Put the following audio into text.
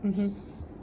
mmhmm